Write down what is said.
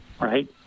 Right